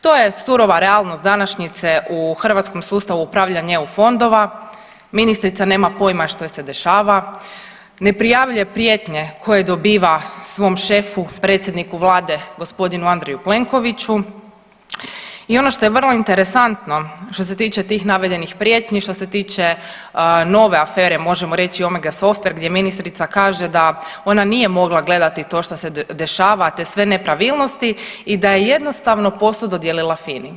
To je surova realnost današnjice u hrvatskom sustavu upravljanja EU fondova, ministrica nema pojma što joj se dešava, ne prijavljuje prijetnje koje dobiva svom šefu predsjedniku vlade g. Andreju Plenkoviću i ono što je vrlo interesantno što se tiče tih navedenih prijetnji, što se tiče nove afere možemo reći Omega softver gdje ministrica kaže da ona nije mogla gledati to šta se dešava te sve nepravilnosti i da je jednostavno posao dodijelila FINA-i.